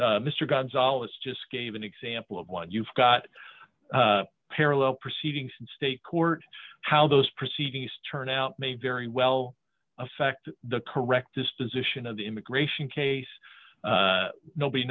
mr gonzales just gave an example of one you've got parallel proceedings in state court how those proceedings turn out may very well affect the correct disposition of the immigration case nobody